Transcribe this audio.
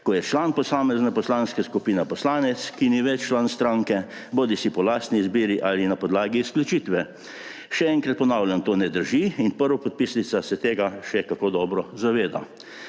ko je član posamezne poslanske skupine poslanec, ki ni več član stranke bodisi po lastni izbiri bodisi na podlagi izključitve. Še enkrat ponavljam, to ne drži in prvopodpisnica se tega še kako dobro zaveda.